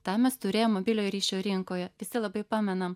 tą mes turėjom mobiliojo ryšio rinkoje visi labai pamenam